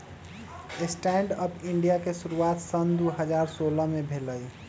stand up India के शुरुआत सन दू हज़ार सोलह में भेलइ